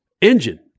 engine